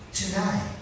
tonight